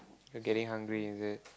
you're getting hungry is it